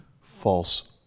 False